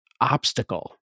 obstacle